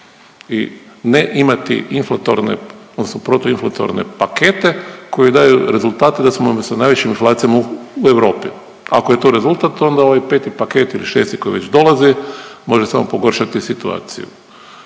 odnosno protu inflatorne pakete koji daju rezultate da smo sa najvećim inflacijama u Europi. Ako je to rezultat onda ovaj peti paket ili šesti koji već dolazi može samo pogoršati situaciju.